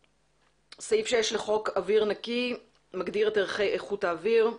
סעיף 6 לחוק אוויר נקי מגדיר את ערכי איכות האוויר,